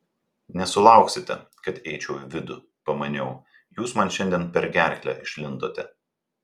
nesulauksite kad eičiau į vidų pamaniau jūs man šiandien per gerklę išlindote